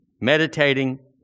meditating